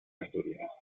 asturias